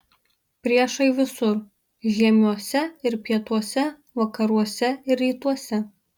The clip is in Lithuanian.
priešai visur žiemiuose ir pietuose vakaruose ir rytuose